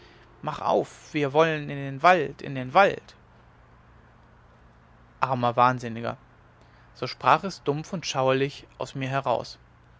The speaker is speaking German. ma mach auf wir wo wollen in den wa wald in den wald armer wahnsinniger so sprach es dumpf und schauerlich aus mir heraus